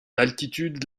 altitude